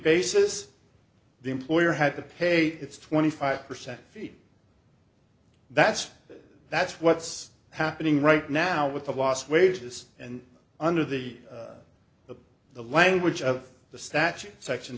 basis the employer had to pay its twenty five percent fee that's that's what's happening right now with the lost wages and under the the language of the statute section